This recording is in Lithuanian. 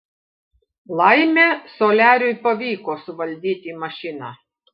laimė soliariui pavyko suvaldyti mašiną